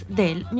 del